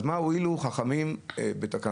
אז מה הועילו חכמים בתקנתם,